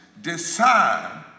decide